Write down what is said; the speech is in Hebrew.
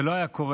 זה לא היה קורה,